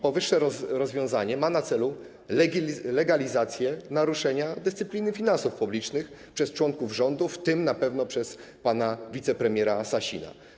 Powyższe rozwiązanie ma na celu legalizację naruszenia dyscypliny finansów publicznych przez członków rządu, w tym na pewno przez pana wicepremiera Sasina.